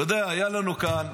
אתה יודע, היה לנו כאן,